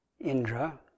Indra